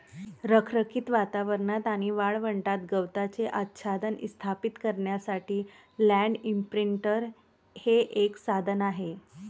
रखरखीत वातावरणात आणि वाळवंटात गवताचे आच्छादन स्थापित करण्यासाठी लँड इंप्रिंटर हे एक साधन आहे